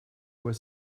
were